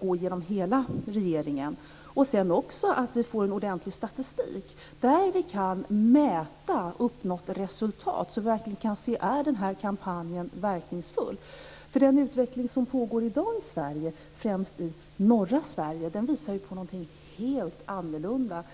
gå genom hela regeringen. Vi behöver också få en ordentlig statistik där vi kan mäta uppnått resultat så att vi verkligen kan se om kampanjen är verkningsfull. Den utveckling som pågår i dag främst i norra Sverige visar på något helt annorlunda.